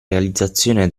realizzazione